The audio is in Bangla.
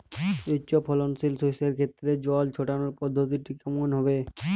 উচ্চফলনশীল শস্যের ক্ষেত্রে জল ছেটানোর পদ্ধতিটি কমন হবে?